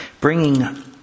bringing